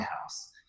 house